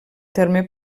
terme